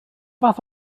fath